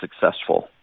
successful